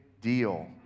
deal